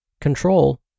Control